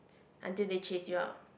until they chase you out